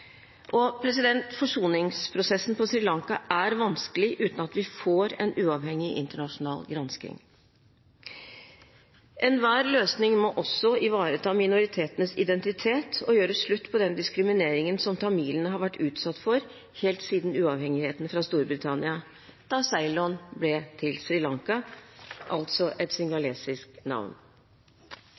Forsoningsprosessen på Sri Lanka er vanskelig uten at vi får en uavhengig internasjonal gransking. Enhver løsning må også ivareta minoritetenes identitet og gjøre slutt på den diskrimineringen som tamilene har vært utsatt for helt siden uavhengigheten fra Storbritannia, da Ceylon ble til Sri Lanka – altså et singalesisk navn.